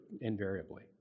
invariably